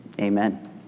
amen